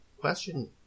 question